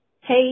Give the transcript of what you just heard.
hey